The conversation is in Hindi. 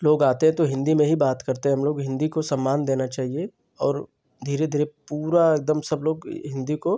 लोग आते हैं तो हिन्दी में ही बात करते हैं हमलोग हिन्दी को सम्मान देना चाहिए और धीरे धीरे पूरा एकदम सब लोग हिन्दी को